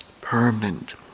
permanent